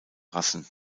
rassen